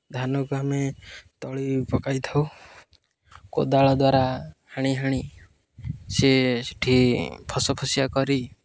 ଧାନକୁ ଆମେ ତଳି ପକାଇଥାଉ କୋଦାଳ ଦ୍ୱାରା ହାଣି ହାଣି ସିଏ ସେଇଠି ଫସଫସିଆ କରି